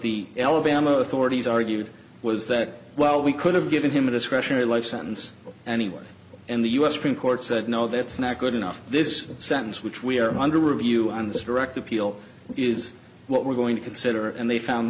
the alabama authorities argued was that well we could have given him a discretionary life sentence anyway and the u s supreme court said no that's not good enough this sentence which we are under review on this direct appeal is what we're going to consider and they found